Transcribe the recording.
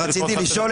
רציתי לשאול,